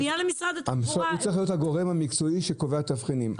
משרד הבריאות צריך להיות הגורם המקצועי שקובע תבחינים.